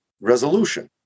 resolution